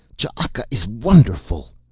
ch'aka is wonderful!